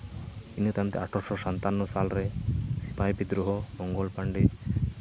ᱤᱱᱟᱹ ᱛᱟᱭᱚᱢ ᱛᱮ ᱟᱴᱷᱨᱚ ᱥᱚ ᱥᱟᱛᱟᱱᱱᱚ ᱥᱟᱞ ᱨᱮ ᱥᱤᱯᱟᱦᱤ ᱵᱤᱫᱽᱨᱳᱦᱚ ᱢᱚᱝᱜᱚᱞ ᱯᱟᱱᱰᱮ